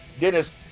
Dennis